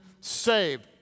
saved